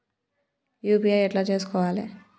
UPI ఎట్లా చేసుకోవాలి?